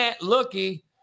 looky